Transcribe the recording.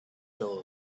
fell